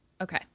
okay